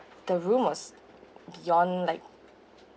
the rooms was beyond like